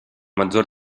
maggior